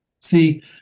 See